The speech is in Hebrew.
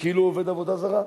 "כאילו עובד עבודה זרה".